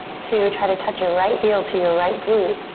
two, try to touch your right heel to your right glute.